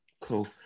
Cool